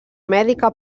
mèdica